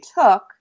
took